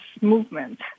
movement